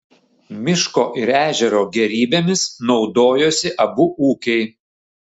miško ir ežero gėrybėmis naudojosi abu ūkiai